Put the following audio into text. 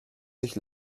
sich